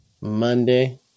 Monday